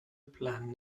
planen